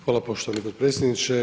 Hvala poštovani potpredsjedniče.